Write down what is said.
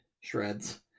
Shreds